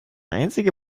einzige